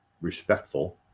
respectful